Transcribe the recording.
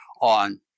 on